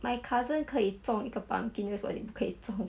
my cousin 可以种一个 pumpkin 为什么你不可以种